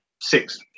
six